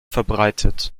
verbreitet